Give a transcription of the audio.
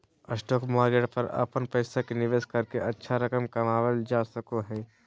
stock market पर अपन पैसा के निवेश करके अच्छा रकम कमावल जा सको हइ